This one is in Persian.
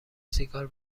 سیگار